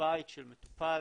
בבית של מטופל,